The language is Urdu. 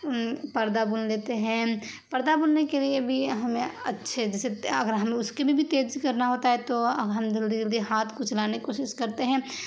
پردہ بن لیتے ہیں پردہ بننے کے لیے بھی ہمیں اچھے جیسے اگر ہمیں اس کے بھی تیزی کرنا ہوتا ہے تو ہم جلدی جلدی ہاتھ کو چلانے کی کوشش کرتے ہیں